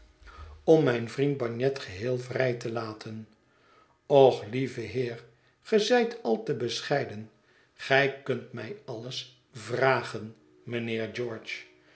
om mijn vriend bagnet geheel vrij te laten och lieve heer ge zijt al te bescheiden gij kunt mij alles vragen mijnheer george